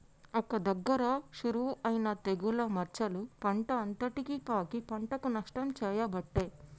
ఒక్క దగ్గర షురువు అయినా తెగులు మచ్చలు పంట అంతటికి పాకి పంటకు నష్టం చేయబట్టే